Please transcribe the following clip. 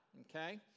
okay